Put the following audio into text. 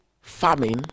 famine